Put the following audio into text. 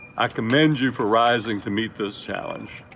i commend you for rising to meet this challenge.